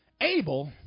Abel